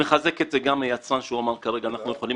מחזק גם את היצרן שאמר כרגע שאנחנו יכולים